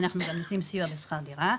אנחנו גם נותנים סיוע של שכר דירה.